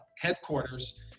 headquarters